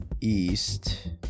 east